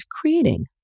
creating